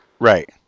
Right